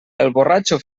borratxo